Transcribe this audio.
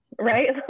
right